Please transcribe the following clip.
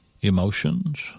Emotions